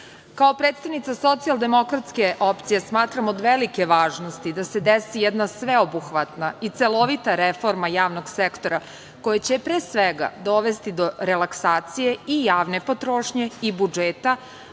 predstavnica socijaldemokratske opcije smatram od velike važnosti da se desi jedna sveobuhvatna i celovita reforma javnog sektora koja će pre svega dovesti do relaksacije i javne potrošnje i budžeta,